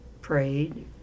prayed